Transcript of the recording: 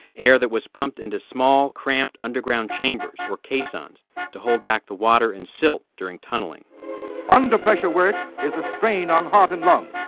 air that was pumped into small, cramped underground chambers or caissons to hold back the water and silt during tunneling under pressure work is a strain on heart and lungs.